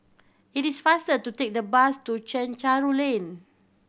it is faster to take the bus to Chencharu Lane